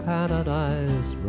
Paradise